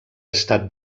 estat